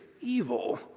evil